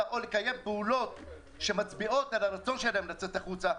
או לקיים פעולות שמצביעות על הרצון שלהם לצאת החוצה,